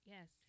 Yes